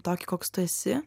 tokį koks tu esi